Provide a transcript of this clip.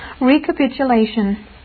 Recapitulation